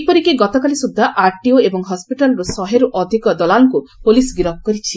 ଏପରିକି ଗତକାଲି ସୁଦ୍ଧା ଆର୍ଟିଓ ଏବଂ ହସ୍ୱିଟାଲ୍ରୁ ଶହେରୁ ଅଧିକ ଦଲାଲ୍ଙ୍କୁ ପୁଲିସ୍ ଗିରଫ କରିଛି